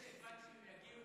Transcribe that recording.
עד שהם יגיעו,